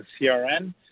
CRN